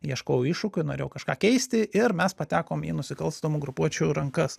ieškojau iššūkių norėjau kažką keisti ir mes patekom į nusikalstamų grupuočių rankas